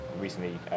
recently